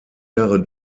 jahre